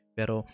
Pero